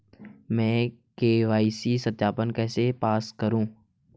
मैं के.वाई.सी सत्यापन कैसे पास करूँ?